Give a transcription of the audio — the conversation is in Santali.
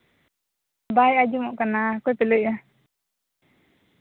ᱵᱟᱭ ᱟᱸᱡᱚᱢᱚᱜ ᱠᱟᱱᱟ ᱚᱠᱚᱭ ᱯᱮ ᱞᱟᱹᱭᱮᱫᱟ